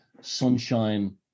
sunshine